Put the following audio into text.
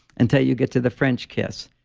until you get to the french kiss.